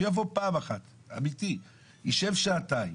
שיבוא פעם אחת, אמיתי, יישב שעתיים.